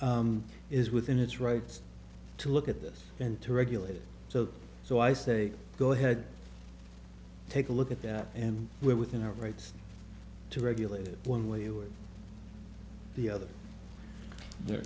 is within its rights to look at this and to regulate it so so i say go ahead take a look at that and we're within our rights to regulate it one way or the other there